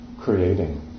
creating